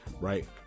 Right